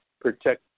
protect